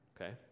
okay